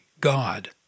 God